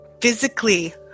physically